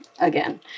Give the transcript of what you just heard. again